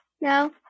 No